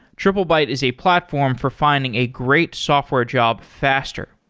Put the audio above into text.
triplebyte is a platform for finding a great software job faster.